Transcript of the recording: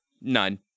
None